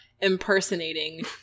impersonating